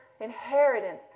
inheritance